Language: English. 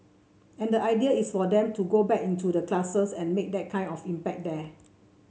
and the idea is for them to go back into the classes and make that kind of impact there